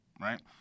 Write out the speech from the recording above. right